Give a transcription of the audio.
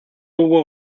hubo